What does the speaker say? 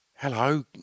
Hello